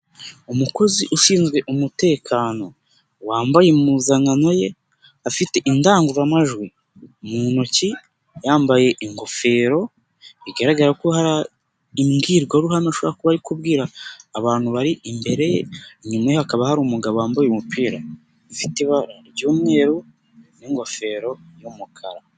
Umukozi ushinzwe umutekano, wambaye impuzankano ye, afite indangururamajwi mu ntoki, yambaye ingofero, bigaragara ko hari imbwirwaruhame ashobora kuba ari kubwira abantu bari imbere ye, inyuma ye hakaba hari umugabo wambaye umupira, ufite ibara ry'umweru n'ingofero y'umukara.